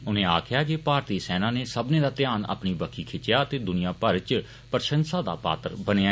उनें आक्खेया जे भारतीय सेना नै सब्बनै दा ध्यान अपनी बक्खी खिच्चेआ ते दुनियाभर इच प्रशंसा दा पात्र बनेआ